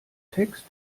text